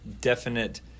definite